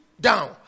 down